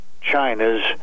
China's